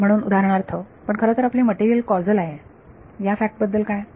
म्हणून उदाहरणार्थ पण खरंतर आपले मटेरियल कॉजल आहे या फॅक्ट बद्दल काय